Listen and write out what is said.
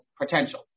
potential